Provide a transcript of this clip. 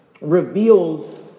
reveals